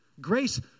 Grace